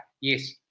Yes